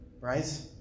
Right